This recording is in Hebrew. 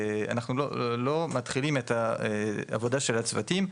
אנחנו לא מתחילים את העבודה של הצוותים,